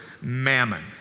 mammon